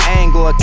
angle